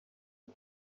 اول